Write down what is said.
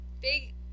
big